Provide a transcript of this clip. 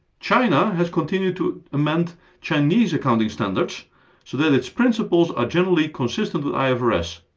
china has continued to amend chinese accounting standards so that its principles are generally consistent with ifrs.